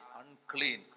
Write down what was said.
unclean